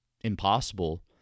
impossible